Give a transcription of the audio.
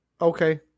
Okay